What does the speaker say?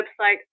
website